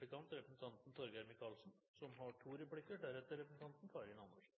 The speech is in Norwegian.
flere omganger med ulike representanter fra Bent Høies parti Høyre at skattepolitikken igjen har blitt den